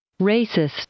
Racist